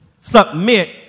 submit